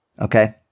Okay